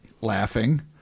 laughing